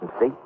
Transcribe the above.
see